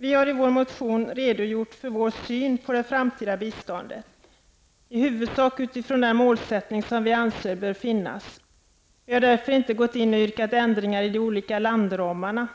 Vi har i vår motion redogjort för vår syn på det framtida biståndet, i huvudsak utifrån den målsättning som vi anser bör finnas. Vi har därför inte gått in och yrkat på ändringar i de olika landramarna.